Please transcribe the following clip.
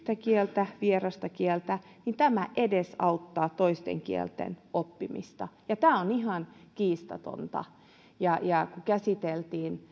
yhtä vierasta kieltä niin tämä edesauttaa toisten kielten oppimista tämä on ihan kiistatonta ja ja kun käsiteltiin